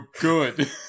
good